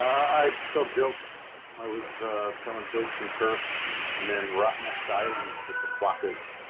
i tell jokes. i was telling jokes in perth and then rottnest island with the quokkas.